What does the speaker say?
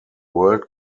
world